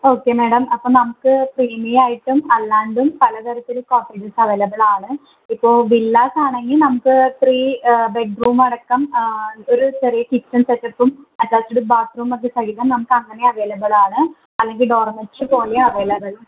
okay madam അപ്പം നമുക്ക് പ്രീമിയായിട്ടും അല്ലാണ്ടും പലതരത്തിൽ കോട്ടേജസ്സവൈലബിളാണ് ഇപ്പോൾ വില്ലാസാണെങ്കിൽ നമുക്ക് ത്രീ ബെഡ്റൂമടക്കം ഒരു ചെറിയ കിച്ചൻ സെറ്റപ്പും അറ്റാച്ചഡ് ബാത്രൂമക്കെ സഹിതം നമുക്കങ്ങനെ അവൈലബിളാണ് അല്ലെങ്കിൽ ഡോർമെട്രി പോലെയും അവൈലബിളാണ്